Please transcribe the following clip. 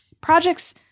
Projects